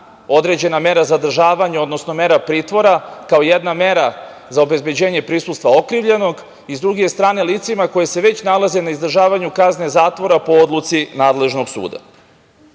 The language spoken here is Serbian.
određena mera zadržavanja, odnosno mera pritvora kao jedna mera za obezbeđenje prisustva okrivljenog i, s druge strane, licima koji se već nalaze na izdržavanju kazne zatvora po odluci nadležnog suda. Samim